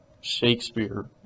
Shakespeare